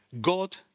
God